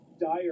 dire